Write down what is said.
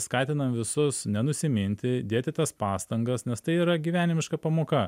skatinam visus nenusiminti dėti tas pastangas nes tai yra gyvenimiška pamoka